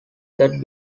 that